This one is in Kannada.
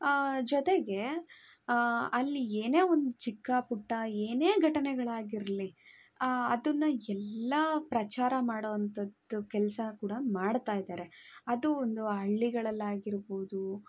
ಜೊತೆಗೆ ಅಲ್ಲಿ ಏನೇ ಒಂದು ಚಿಕ್ಕ ಪುಟ್ಟ ಏನೇ ಘಟನೆಗಳಾಗಿರಲಿ ಅದನ್ನು ಎಲ್ಲ ಪ್ರಚಾರ ಮಾಡುವಂತದ್ದು ಕೆಲಸ ಕೂಡ ಮಾಡ್ತಾಯಿದ್ದಾರೆ ಅದು ಒಂದು ಹಳ್ಳಿಗಳಲ್ಲಾಗಿರ್ಬೋದು